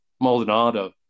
Maldonado